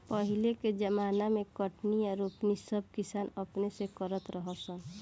पहिले के ज़माना मे कटनी आ रोपनी सब किसान अपने से करत रहा सन